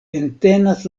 entenas